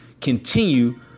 continue